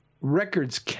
records